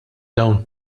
dawn